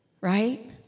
right